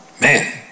Man